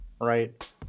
right